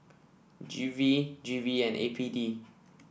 G V G V and A P D